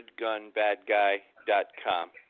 goodgunbadguy.com